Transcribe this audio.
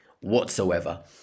whatsoever